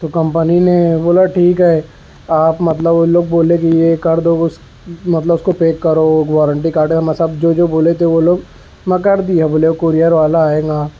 تو کمپنی نے بولا ٹھیک ہے آپ مطلب ان لوگ بولے کہ یہ کر دو اس مطلب اس کو پیک کرو وارنٹی کارڈ ہے میں سب جو جو بولے تھے وہ لوگ میں کر دیا بولے کورئیر والا آئے گا